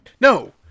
No